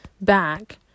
back